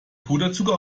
puderzucker